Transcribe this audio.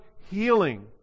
healing